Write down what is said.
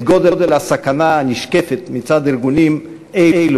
את גודל הסכנה הנשקפת מצד ארגונים אלה,